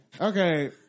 Okay